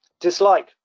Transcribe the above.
dislike